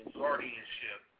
guardianship